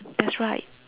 that's right